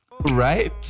Right